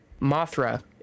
Mothra